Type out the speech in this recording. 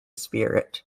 spirit